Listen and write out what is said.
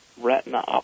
retina